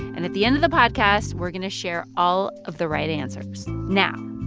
and at the end of the podcast, we're going to share all of the right answers. now,